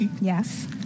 Yes